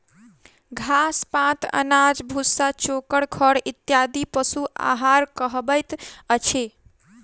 घास, पात, अनाज, भुस्सा, चोकर, खड़ इत्यादि पशु आहार कहबैत अछि